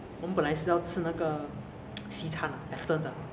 就是吃完过后就立马回家